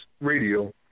Radio